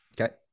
okay